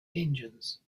engines